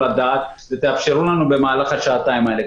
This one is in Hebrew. הדעת ותאפשרו לנו את זה במהלך השעתיים האלה.